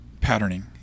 patterning